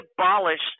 abolished